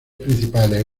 principales